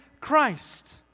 Christ